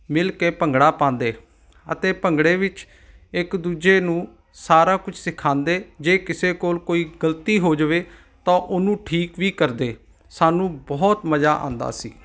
ਮਿਲ ਕੇ ਭੰਗੜਾ ਪਾਂਦੇ ਅਤੇ ਭੰਗੜੇ ਵਿੱਚ ਇੱਕ ਦੂਜੇ ਨੂੰ ਸਾਰਾ ਕੁਝ ਸਿਖਾਂਦੇ ਜੇ ਕਿਸੇ ਕੋਲ ਕੋਈ ਗਲਤੀ ਹੋ ਜਾਵੇ ਤਾਂ ਉਹਨੂੰ ਠੀਕ ਵੀ ਕਰਦੇ ਸਾਨੂੰ ਬਹੁਤ ਮਜ਼ਾ ਆਉਂਦਾ ਸੀ